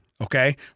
okay